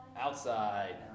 Outside